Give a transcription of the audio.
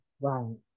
right